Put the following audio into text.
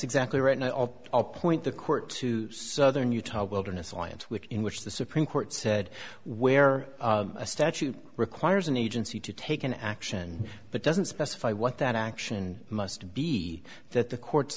exactly right and i'll appoint the court to southern utah wilderness alliance which in which the supreme court said where a statute requires an agency to take an action that doesn't specify what that action must be that the courts